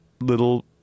little